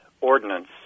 ordinance